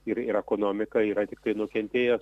ir ir ekonomika yra tiktai nukentėjęs